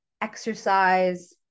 exercise